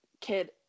kid